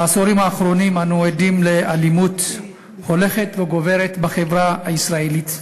בעשורים האחרונים אנו עדים לאלימות הולכת וגוברת בחברה הישראלית,